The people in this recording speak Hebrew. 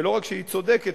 ולא רק שהיא צודקת,